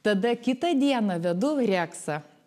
tada kitą dieną vedu reksą